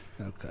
okay